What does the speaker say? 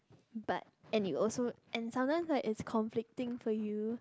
but and you also and sometimes like it's conflicting for you